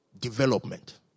Development